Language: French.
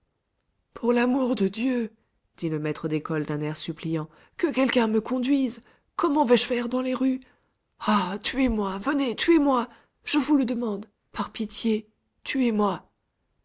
pour l'amour de dieu dit le maître d'école d'un air suppliant que quelqu'un me conduise comment vais-je faire dans les rues ah tuez-moi venez tuez-moi je vous le demande par pitié tuez-moi